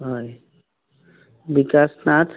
হয় বিকাশ নাথ